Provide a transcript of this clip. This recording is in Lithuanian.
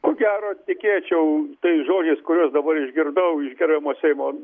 ko gero tikėčiau tais žodžiais kuriuos dabar išgirdau iš gerbiamo seimo